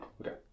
Okay